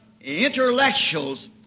intellectuals